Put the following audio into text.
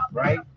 right